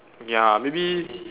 ya maybe